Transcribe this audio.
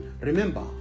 Remember